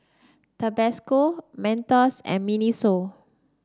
Tabasco Mentos and Miniso